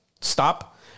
stop